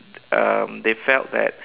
um they felt that